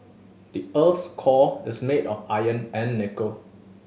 the earth's core is made of iron and nickel